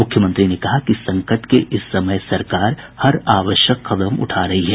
मुख्यमंत्री ने कहा कि संकट के इस समय सरकार हर आवश्यक कदम उठा रही है